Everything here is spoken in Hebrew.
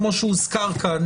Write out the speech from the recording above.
כמו שהוזכר כאן,